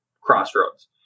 crossroads